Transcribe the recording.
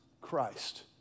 Christ